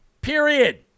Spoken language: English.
period